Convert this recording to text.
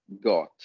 got